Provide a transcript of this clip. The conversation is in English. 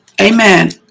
Amen